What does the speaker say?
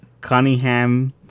Cunningham